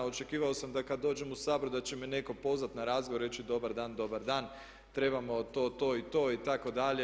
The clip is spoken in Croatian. Očekivao sam da kad dođem u Sabor da će me netko pozvat na razgovor reći dobar dan, dobar dan, trebamo to, to i to itd.